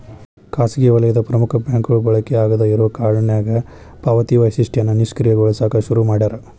ಖಾಸಗಿ ವಲಯದ ಪ್ರಮುಖ ಬ್ಯಾಂಕ್ಗಳು ಬಳಕೆ ಆಗಾದ್ ಇರೋ ಕಾರ್ಡ್ನ್ಯಾಗ ಪಾವತಿ ವೈಶಿಷ್ಟ್ಯನ ನಿಷ್ಕ್ರಿಯಗೊಳಸಕ ಶುರು ಮಾಡ್ಯಾರ